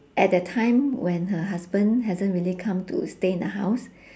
at that time when her husband hasn't really come to stay in the house